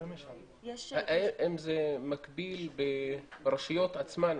האם זה מקביל ברשויות עצמן,